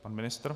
Pan ministr?